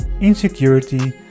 insecurity